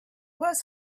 was